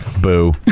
Boo